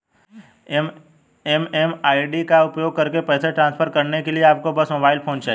MMID का उपयोग करके पैसे ट्रांसफर करने के लिए आपको बस मोबाइल फोन चाहिए